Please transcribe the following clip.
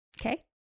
Okay